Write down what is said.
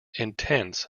intense